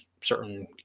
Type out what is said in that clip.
certain